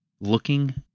looking